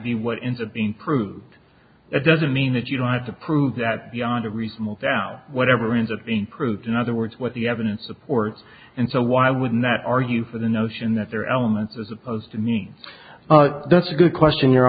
into being proved it doesn't mean that you don't have to prove that beyond a reasonable doubt whatever ends up being proved in other words what the evidence supports and so why would not argue for the notion that there are elements as opposed to me that's a good question your